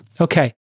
Okay